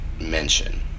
mention